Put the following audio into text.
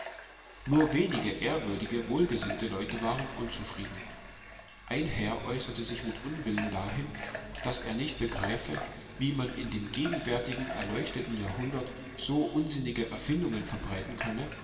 nur wenige ehrwürdige wohlgesinnte leute waren unzufrieden ein herr äußerte sich mit unwillen dahin daß er nicht begreife wie man in dem gegenwärtigen erleuchteten jahrhundert so unsinnige erfindungen verbreiten könne